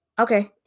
Okay